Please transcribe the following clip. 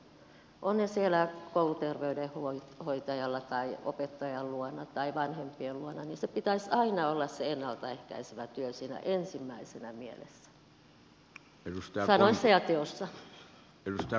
ovat ne siellä kouluterveydenhoitajalla tai opettajan luona tai vanhempien luona pitäisi aina olla sen ennalta ehkäisevän työn siellä ensimmäisenä mielessä sanoissa ja teoissa